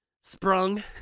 sprung